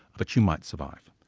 but you might survive.